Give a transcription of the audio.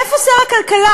איפה שר הכלכלה?